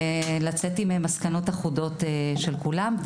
ולצאת עם מסקנות אחודות של כולם,